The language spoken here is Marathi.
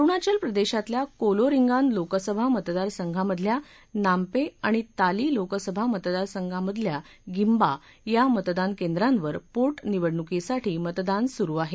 अरुणाचल प्रदेशातल्या कोलोरिंगान लोकसभा मतदारसंघामधल्या नाम्पे आणि ताली लोकसभा मतदारसंघामधल्या गिंबा या मतदानर्केद्रांवर पोटनिवडणुकीसाठी मतदान सुरु आहे